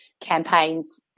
campaigns